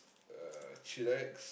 uh chillax